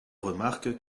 remarque